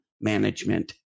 management